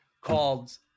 called